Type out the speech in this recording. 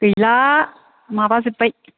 गैला माबा जोब्बाय